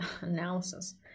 analysis